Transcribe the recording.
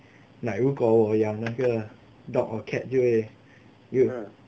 like 如果我养那个 dog or cat 就会有